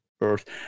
Earth